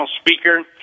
speaker